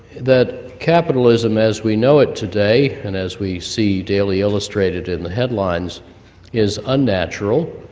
that capitalism as we know it today, and as we see daily illustrated in the headlines is unnatural,